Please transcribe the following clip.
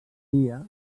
dia